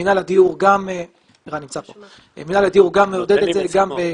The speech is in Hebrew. גם מינהל הדיור מעודד את זה בפיילוטים